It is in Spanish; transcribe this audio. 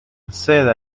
seda